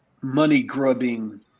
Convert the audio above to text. money-grubbing